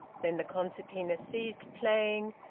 then the concertina ceased playing,